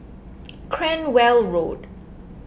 Cranwell Road